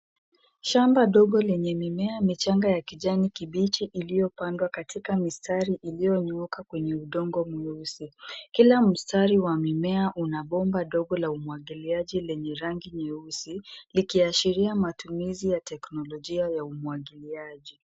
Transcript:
Shamba dogo lenye mimea michanga ya kijani kibichi iliyopandwa katika mistari iliyonyooka kwenye udongo mweusi. Kila mstari wa mimea una bomba dogo la umwagiliaji lenye rangi nyeusi likiashiria matumizi ya teknolojia ya umwagiliaji.